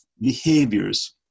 behaviors